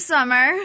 Summer